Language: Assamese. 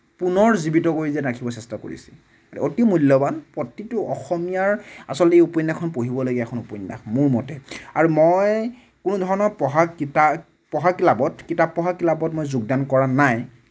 পুনৰ জীৱিত কৰি যেন ৰাখিব চেষ্টা কৰিছে এইটো অতি মূল্য়ৱান প্ৰতিটো অসমীয়াৰ আচলতে এই উপন্য়াসখন পঢ়িবলগীয়া এখন উপন্য়াস মোৰ মতে আৰু মই কোনোধৰণৰ পঢ়া কিতাপ পঢ়া ক্লাবত কিতাপ পঢ়া ক্লাবত মই যোগদান কৰা নাই